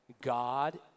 God